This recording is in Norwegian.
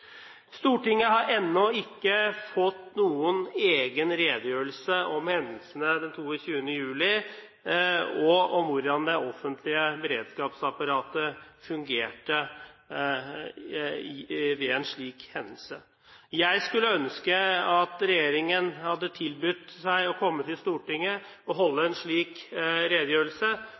Stortinget har ennå ikke fått noen egen redegjørelse om hendelsene den 22. juli, og om hvordan det offentlige beredskapsapparatet fungerte ved en slik hendelse. Jeg skulle ønske at regjeringen hadde tilbudt seg å komme til Stortinget og holde en slik redegjørelse.